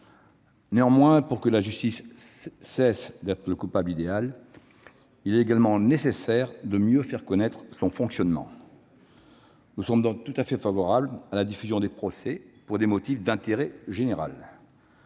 Cependant, pour que la justice cesse d'être le coupable idéal, il est également nécessaire de mieux faire connaître son fonctionnement. Nous sommes donc tout à fait favorables à la diffusion des procès pour des motifs d'intérêt général.